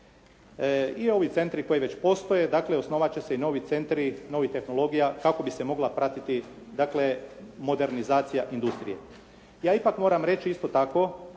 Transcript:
I ovi centri koji već postoje. Dakle, osnovat će se i novi centri, novih tehnologija kako bi se mogla pratiti dakle modernizacija industrije. Ja ipak moram reći isto tako